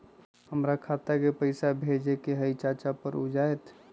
हमरा खाता के पईसा भेजेए के हई चाचा पर ऊ जाएत?